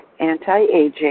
anti-aging